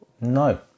No